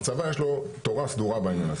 הצבא, יש לו תורה סדורה בעניין.